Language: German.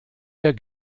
der